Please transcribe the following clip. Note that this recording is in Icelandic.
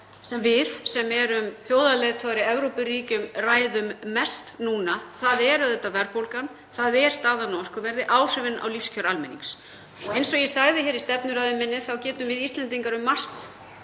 sem við sem erum þjóðarleiðtogar í Evrópuríkjum ræðum mest núna. Það er verðbólgan, það er staðan á orkuverði og áhrifin á lífskjör almennings. Eins og ég sagði í stefnuræðu minni þá getum við Íslendingar um margt